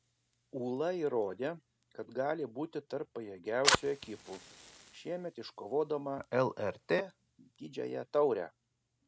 ūla įrodė kad gali būti tarp pajėgiausių ekipų šiemet iškovodama lrt didžiąją taurę